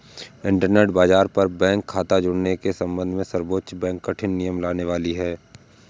internet बाज़ार पर bank खता जुड़ने के सम्बन्ध में सर्वोच्च बैंक कठिन नियम लाने वाली है